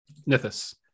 Nithis